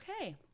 Okay